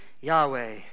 Yahweh